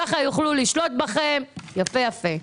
כך יוכלו לשלוט בכם יפה יפה.